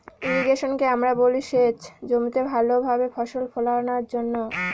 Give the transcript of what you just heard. ইর্রিগেশনকে আমরা বলি সেচ জমিতে ভালো ভাবে ফসল ফোলানোর জন্য